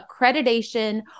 accreditation